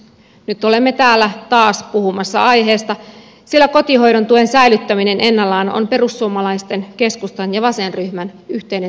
nyt olemme täällä taas puhumassa aiheesta sillä kotihoidon tuen säilyttäminen ennallaan on perussuomalaisten keskustan ja vasenryhmän yhteinen sydämenasia